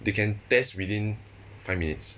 they can test within five minutes